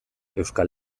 euskal